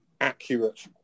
accurate